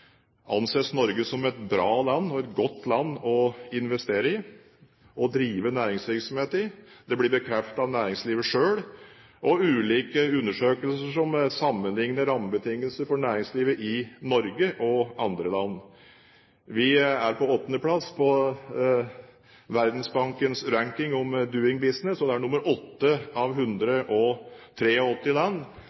anses Norge som et bra land og et godt land å investere i og drive næringsvirksomhet i. Det blir bekreftet av næringslivet selv og av ulike undersøkelser, hvor man sammenligner rammebetingelser for næringslivet i Norge og andre land. Vi er på åttende plass på Verdensbankens ranking om «Doing Business» – vi er nummer åtte av 183 land.